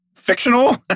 fictional